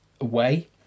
away